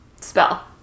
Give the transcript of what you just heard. Spell